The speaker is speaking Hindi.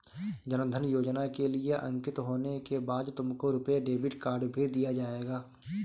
जन धन योजना के लिए अंकित होने के बाद तुमको रुपे डेबिट कार्ड भी दिया जाएगा